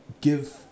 give